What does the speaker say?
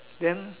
then